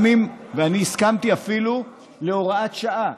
אני הסכמתי אפילו להוראת שעה.